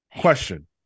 Question